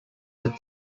that